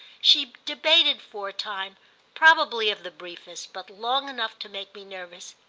she debated for a time probably of the briefest, but long enough to make me nervous.